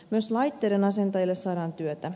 myös laitteiden asentajille saadaan työtä